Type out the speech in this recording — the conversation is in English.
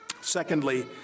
Secondly